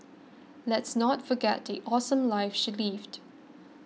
let's not forget the awesome life she lived